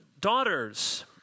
daughters